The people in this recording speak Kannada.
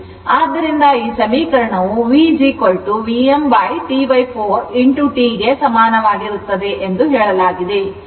ಆದ್ದರಿಂದ ಈ ಸಮೀಕರಣವು v Vm T4 T ಗೆ ಸಮನಾಗಿರುತ್ತದೆ ಎಂದು ಹೇಳಲಾಗಿದೆ